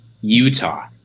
Utah